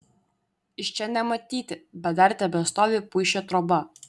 iš čia nematyti bet dar tebestovi puišio troba